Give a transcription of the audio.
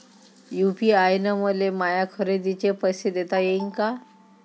UPI न मले माया खरेदीचे पैसे देता येईन का?